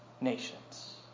nations